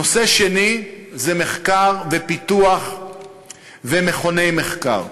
נושא שני זה מחקר ופיתוח ומכוני מחקר.